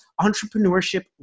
entrepreneurship